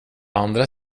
andra